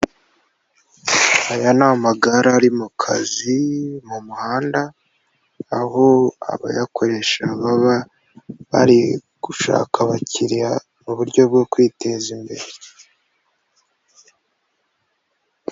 Aya ni amagare ari mu kazi, mu muhanda, aho abayakoresha baba bari gushaka abakiriya mu buryo bwo kwiteza imbere.